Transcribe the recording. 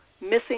missing